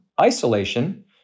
isolation